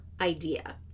idea